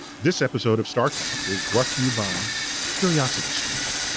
this episode of startalk is brought to you by curiostiystream.